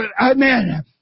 Amen